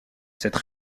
cette